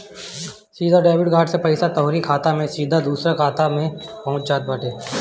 सीधा डेबिट से पईसा तोहरी खाता से सीधा दूसरा के खाता में पहुँचत बाटे